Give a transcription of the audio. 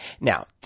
Now